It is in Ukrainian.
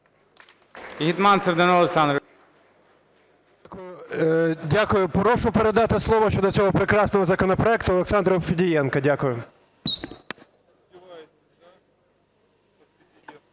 Дякую. Прошу передати слово щодо цього прекрасного законопроекту Олександру Федієнку. Дякую.